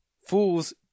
Fools